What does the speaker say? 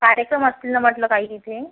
कार्यक्रम असतील नं म्हटलं काही तिथे